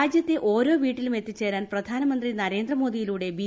രാജ്യത്തെ ഓരോ വീട്ടിലും എത്തിച്ചേരാൻ പ്രധാനമന്ത്രി നരേന്ദ്രമോദിയിലൂടെ ബി